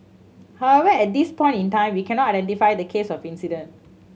however at this point in time we cannot identify the case of incident